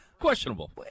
questionable